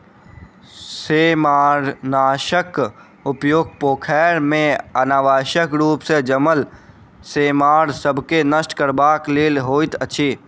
सेमारनाशकक प्रयोग पोखैर मे अनावश्यक रूप सॅ जनमल सेमार सभ के नष्ट करबाक लेल होइत अछि